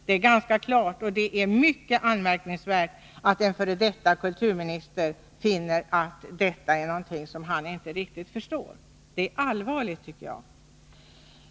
Det är ganska klart, och det är mycket anmärkningsvärt att en före detta kulturminister finner att detta är någonting som han inte riktigt förstår. Det är allvarligt, tycker jag.